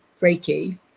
Reiki